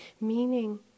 meaning